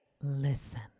Listen